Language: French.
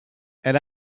elle